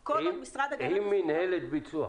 כי כל עוד משרד הגנת הסביבה --- עם מנהלת ביצוע.